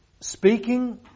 Speaking